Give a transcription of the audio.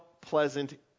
pleasant